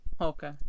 Okay